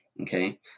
okay